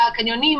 קיבלו.